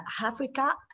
Africa